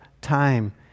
time